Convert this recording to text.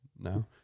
no